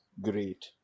Great